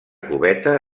cubeta